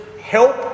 help